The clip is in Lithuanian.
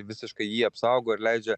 visiškai jį apsaugo ir leidžia